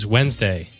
Wednesday